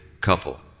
couple